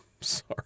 Sorry